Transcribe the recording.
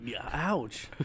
Ouch